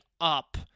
up